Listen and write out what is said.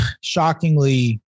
shockingly